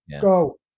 go